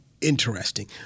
interesting